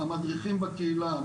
המדריכים בקהילה,